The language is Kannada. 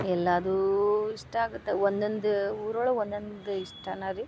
ಎಲ್ಲಾದೂ ಇಷ್ಟ ಆಗತ್ತ ಒಂದೊಂದು ಊರೊಳಗೆ ಒಂದೊಂದು ಇಷ್ಟನ ರೀ